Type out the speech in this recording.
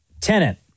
tenant